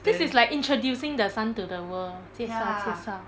this is like introducing the son to the world 介绍介绍